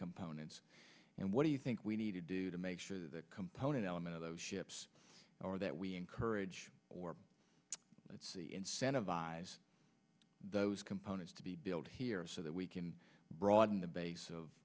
components and what do you think we need to do to make sure that the component element of those ships or that we encourage or incentivize those components to be built here so that we can broaden the base of